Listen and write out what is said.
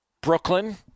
Brooklyn